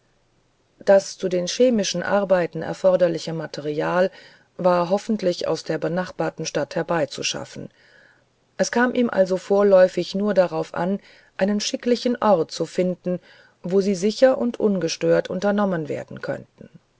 das zu den chemischen arbeiten erforderliche material war hoffentlich aus der benachbarten stadt herbeizuschaffen es kam ihm also vorläufig nur darauf an einen schicklichen ort zu finden wo sie sicher und ungestört unternommen werden könnten